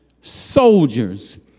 soldiers